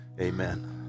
Amen